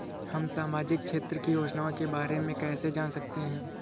हम सामाजिक क्षेत्र की योजनाओं के बारे में कैसे जान सकते हैं?